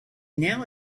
now